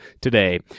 today